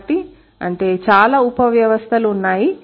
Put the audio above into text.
కాబట్టి అంటే చాలా ఉపవ్యవస్థలు ఉన్నాయి